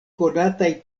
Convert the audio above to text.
konataj